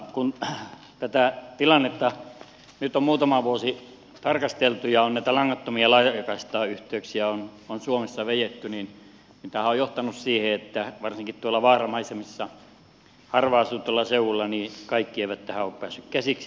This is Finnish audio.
kun tätä tilannetta nyt on muutama vuosi tarkasteltu ja on näitä langattomia laajakaistayhteyksiä suomessa vedetty niin tämähän on johtanut siihen että varsinkin tuolla vaaramaisemissa harvaan asutuilla seuduilla kaikki eivät tähän ole päässeet käsiksi